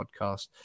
podcast